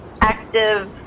active